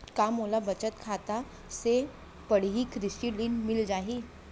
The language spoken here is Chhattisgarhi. का मोला बचत खाता से पड़ही कृषि ऋण मिलिस जाही?